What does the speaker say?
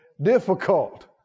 Difficult